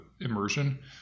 immersion